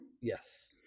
Yes